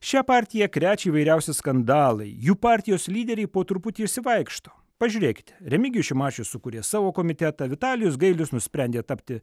šią partiją krečia įvairiausi skandalai jų partijos lyderiai po truputį išsivaikšto pažiūrėkite remigijus šimašius sukurė savo komitetą vitalijus gailius nusprendė tapti